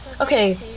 Okay